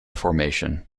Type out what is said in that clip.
formation